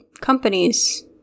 companies